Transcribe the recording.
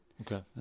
Okay